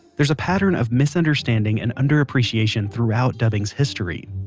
there's a pattern of misunderstanding and underappreciation throughout dubbing's history.